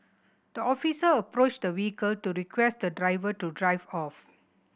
the officer approached the vehicle to request the driver to drive off